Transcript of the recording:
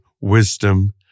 wisdom